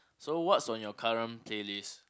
so what's on your current playlist